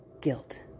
guilt